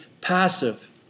passive